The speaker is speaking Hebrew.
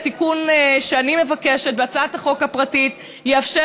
התיקון שאני מבקשת בהצעת החוק הפרטית יאפשר